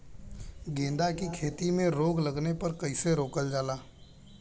गेंदा की खेती में रोग लगने पर कैसे रोकल जाला?